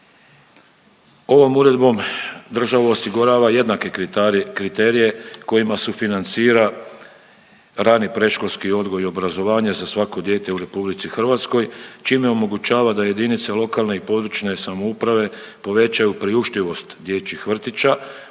Ovom uredbom država osigurava jednake kriterije kojima se financira rani predškolski odgoj i obrazovanje za svako dijete u RH, čime omogućava da jedinice lokalne i područne samouprave povećaju priuštivost dječjih vrtića